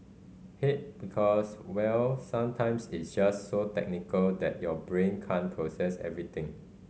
hate because well sometimes it's just so technical that your brain can't process everything